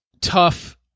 tough